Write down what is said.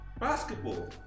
basketball